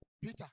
Peter